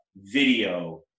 video